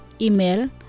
Email